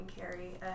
carry